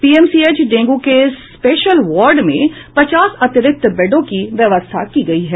PMCM dengue के special ward में पचास अतिरिक्त बेडों की व्यवस्था की गयी है